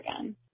again